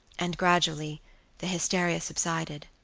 and gradually the hysteria subsided.